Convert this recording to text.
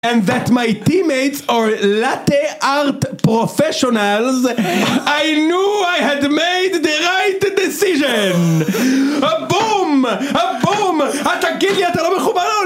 And that my teammates are latte art professionals I knew I had made the right decision הבום! הבום! אתה תגיד לי אתה לא מכוון?